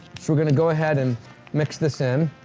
so we're gonna go ahead and mix this in,